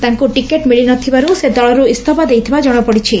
ତାଙ୍କୁ ଟିକେଟ୍ ମିଳିନଥିବାରୁ ସେ ଦଳରୁ ଇସ୍ତଫା ଦେଇଥିବା ଜଣାପଡ଼ିଛି